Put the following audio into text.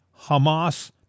Hamas